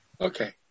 Okay